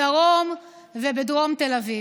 בדרום ובדרום תל אביב.